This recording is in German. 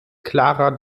klarer